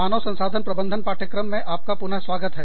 मानव संसाधन प्रबंधन पाठ्यक्रम में आपका पुनः स्वागत है